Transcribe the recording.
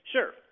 Sure